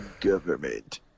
Government